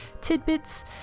Tidbits